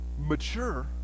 mature